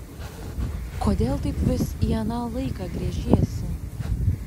kodėl taip vis į aną laiką gręžiesi